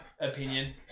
opinion